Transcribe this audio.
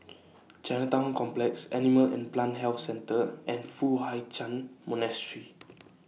Chinatown Complex Animal and Plant Health Centre and Foo Hai Ch'An Monastery